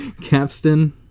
Capstan